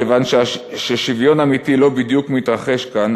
כיוון ששוויון אמיתי לא בדיוק מתרחש כאן,